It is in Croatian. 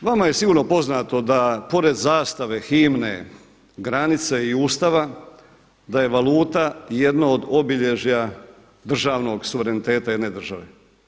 Vama je sigurno poznato da pored zastave, himne, granice i Ustava da je valuta jedno od obilježja državnog suvereniteta jedne države.